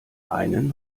einen